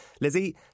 Lizzie